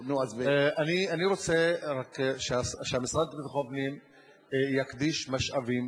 אבל אני רוצה שהמשרד לביטחון פנים יקדיש משאבים